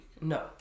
No